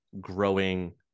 growing